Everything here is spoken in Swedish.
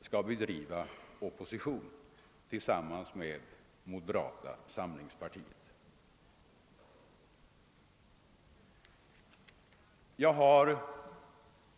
skall bedriva opposition tillsammans med moderata samlingspartiet.